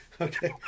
Okay